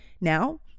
now